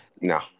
No